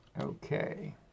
Okay